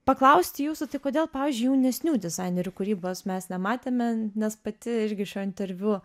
paklausti jūsų tai kodėl pavyzdžiui jaunesnių dizainerių kūrybos mes nematėme nes pati irgi šio interviu